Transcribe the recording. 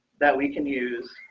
that we can use